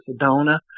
Sedona